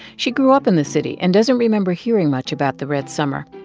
she grew up in the city and doesn't remember hearing much about the red summer.